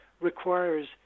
requires